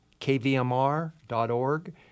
KVMR.org